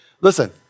Listen